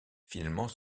finalement